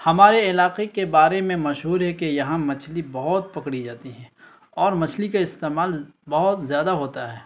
ہمارے علاقے کے بارے میں مشہور ہے کہ یہاں مچھلی بہت پکڑی جاتی ہے اور مچھلی کا استعمال بہت زیادہ ہوتا ہے